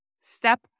Step